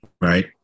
right